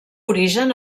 origen